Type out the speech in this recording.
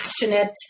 passionate